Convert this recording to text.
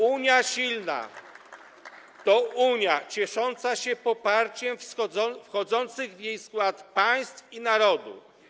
Unia silna to Unia ciesząca się poparciem wchodzących w jej skład państw i narodów.